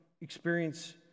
experience